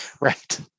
right